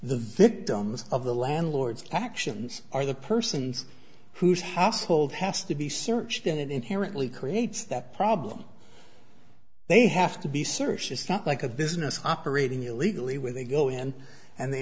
the victims of the landlord's actions are the persons whose household has to be searched and it inherently creates that problem they have to be searched it's not like a business operating illegally where they go in and they